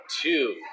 two